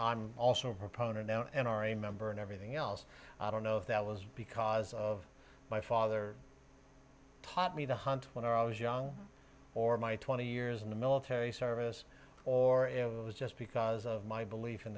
i'm also over prone and an n r a member and everything else i don't know if that was because of my father taught me to hunt when i was young or my twenty years in the military service or it was just because of my belief in